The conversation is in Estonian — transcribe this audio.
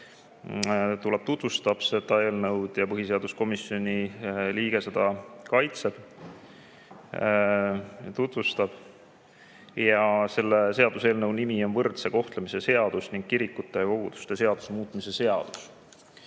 tuleb tutvustab seda eelnõu ja põhiseaduskomisjoni liige kaitseb ja samuti tutvustab seda. Selle seaduseelnõu nimi on võrdse kohtlemise seaduse ning kirikute ja koguduste seaduse muutmise seaduse